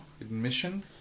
Admission